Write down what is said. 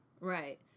Right